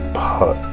puh,